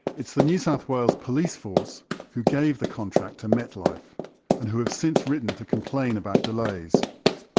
it's the new south wales police force who gave the contract to metlife and who have since written to complain about delays.